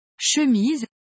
Chemise